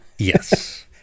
Yes